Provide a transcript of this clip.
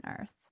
earth